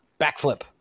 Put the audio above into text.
backflip